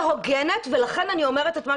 את לא יודעת לאן אני דוחפת את זה,